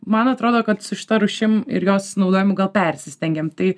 man atrodo kad su šita rūšim ir jos naudojimu gal persistengiam tai